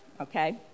okay